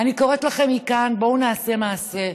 אני קוראת לכם מכאן: בואו נעשה מעשה.